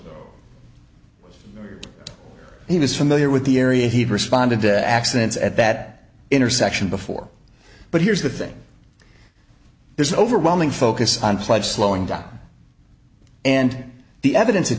did he was familiar with the area he responded to accidents at that intersection before but here's the thing there's overwhelming focus on pledge slowing down and the evidence